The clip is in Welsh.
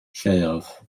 lleoedd